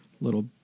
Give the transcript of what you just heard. little